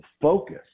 focus